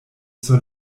zur